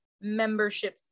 membership